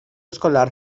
escolar